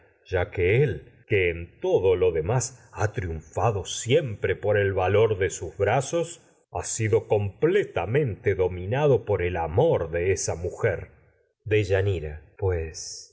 has dicho de él que todo lo demás ha triunfado siempre por el valor de sus brazos ha sido completamente dominado por el amor de esa mujer deyanira pues